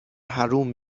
حروم